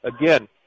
Again